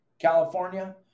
California